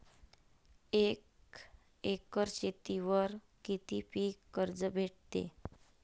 एक एकर शेतीवर किती पीक कर्ज भेटते?